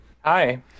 Hi